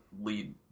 lead